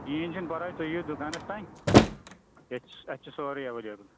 کہیٖنۍ چھِنہٕ پَرواے تُہۍ یِیِو دُکانَس تام ییٚتہِ چھِ اَتہِ چھِ سورٕے ایویلیبٕل